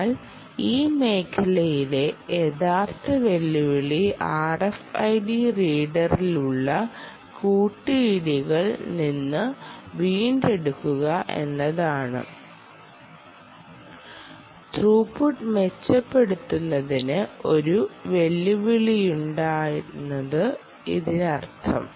എന്നാൽ ഈ മേഖലയിലെ യഥാർത്ഥ വെല്ലുവിളി RFID റീഡറിലുള്ള കൂട്ടിയിടികളിൽ നിന്ന് വീണ്ടെടുക്കുക എന്നതാണ് ത്രൂപുട്ട് മെച്ചപ്പെടുത്തുന്നതിന് ഒരു വെല്ലുവിളിയുണ്ടെന്നാണ് ഇതിനർത്ഥം